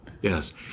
Yes